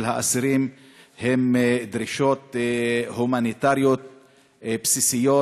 האסירים הן דרישות הומניטריות בסיסיות.